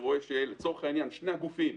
הוא רואה ששני הגופים,